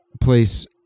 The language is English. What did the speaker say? place